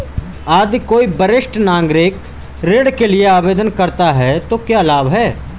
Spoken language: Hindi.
यदि कोई वरिष्ठ नागरिक ऋण के लिए आवेदन करता है तो क्या लाभ हैं?